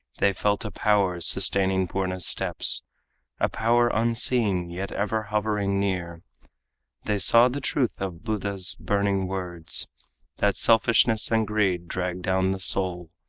they felt a power sustaining purna's steps a power unseen yet ever hovering near they saw the truth of buddha's burning words that selfishness and greed drag down the soul,